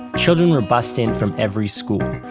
children were bused in from every school.